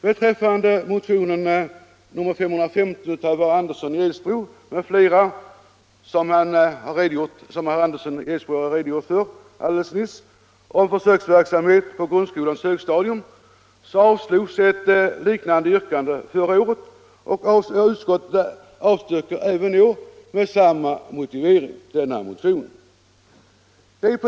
Beträffande motionen 515 av herr Andersson i Edsbro m.fl., som herr Andersson i Edsbro alldeles nyss har redogjort för, om försöksverksamhet på grundskolans högstadium kan nämnas att ett liknande yrkande avslogs förra året. Utskottet avstyrker även i år med samma motivering denna motion.